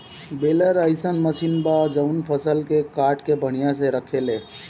baler अइसन machine बा जवन फसल के काट के बढ़िया से रखेले